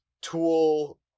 tool